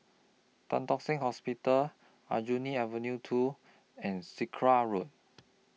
Tan Tock Seng Hospital Aljunied Avenue two and Sakra Road